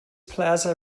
plaza